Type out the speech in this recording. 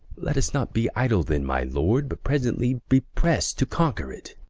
let us not be idle, then, my lord, but presently be prest to conquer it.